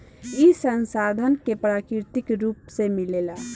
ई संसाधन के प्राकृतिक रुप से मिलेला